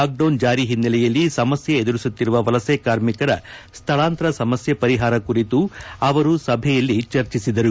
lockdown ಜಾರಿ ಹಿನ್ನೆಲೆಯಲ್ಲಿ ಸಮಸ್ನೆ ಎದುರಿಸುತ್ತಿರುವ ವಲಸೆ ಕಾರ್ಮಿಕರ ಸ್ಥಳಾಂತರ ಸಮಸ್ನೆ ಪರಿಹಾರ ಕುರಿತು ಅವರು ಸಭೆಯಲ್ಲಿ ಚರ್ಚಿಸಿದರು